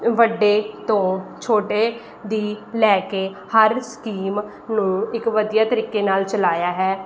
ਵੱਡੇ ਤੋਂ ਛੋਟੇ ਦੀ ਲੈ ਕੇ ਹਰ ਸਕੀਮ ਨੂੰ ਇੱਕ ਵਧੀਆ ਤਰੀਕੇ ਨਾਲ ਚਲਾਇਆ ਹੈ